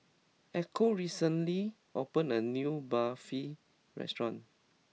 Echo recently opened a new Barfi restaurant